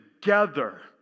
together